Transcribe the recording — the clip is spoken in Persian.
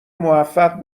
موفق